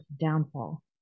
downfall